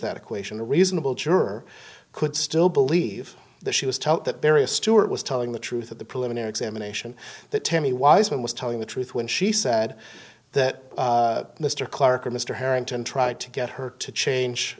that equation a reasonable juror could still believe that she was taught that various stuart was telling the truth of the preliminary examination that to me was when was telling the truth when she said that mr clark or mr harrington tried to get her to change